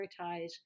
prioritize